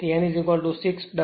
6 rpm